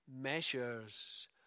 measures